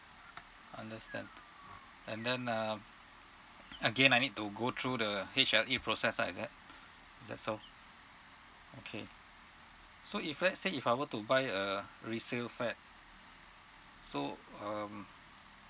understand and then um again I need to go through the H_L_A process lah is it is that so okay so if let's say if I were to buy a resale flat so um